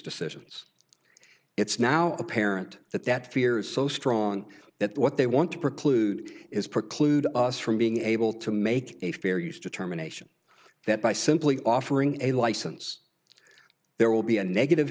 decisions it's now apparent that that fear is so strong that what they want to preclude is preclude us from being able to make a fair use determination that by simply offering a license there will be a negative